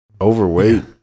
overweight